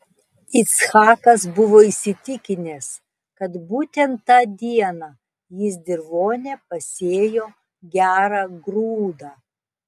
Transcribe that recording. ichakas buvo įsitikinęs kad būtent tą dieną jis dirvone pasėjo gerą grūdą